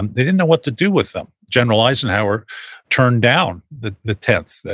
and they didn't know what to do with them. general eisenhower turned down the the tenth.